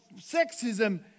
sexism